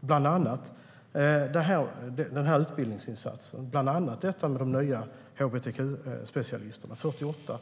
Bland annat gjorde de utbildningsinsatsen och tillsatte de nya hbtq-specialisterna - 48